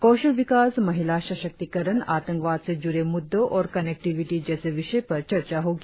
कौशल विकास महिला सशक्तीकरण आतंकवाद से जुड़े मुद्दे और कनेक्टिविटी जैसे विषय पर चर्चा होंगी